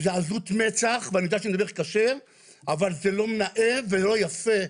ועזות מצח, זה לא נאה ולא יפה.